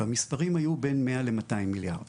והמספרים היו בין 100 ל-200 מיליארד.